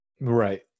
Right